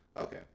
okay